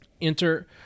Enter